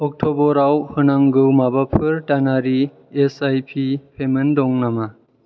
अक्ट'बराव होंनागौ माबाफोर दानारि एस आइ पि पेमेन्ट दं नामा